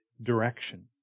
direction